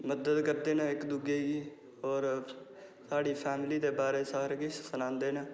मदद करदे न इक दूए दी होर साढ़ी फैमिली दे बारे च सारा किश सनांदे न